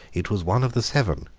it was one of the seven.